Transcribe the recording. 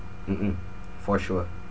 mm mm for sure